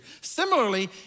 Similarly